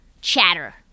chatter